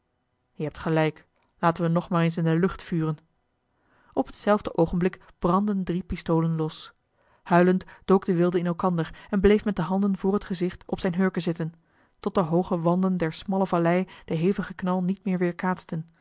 je hebt gelijk laten we nog maar eens in de lucht vuren op hetzelfde oogenblik brandden drie pistolen los huilend dook de wilde in elkander en bleef met de handen voor het gezicht op zijne hurken zitten tot de hooge wanden der smalle vallei den hevigen knal niet meer weerkaatsten